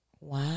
Wow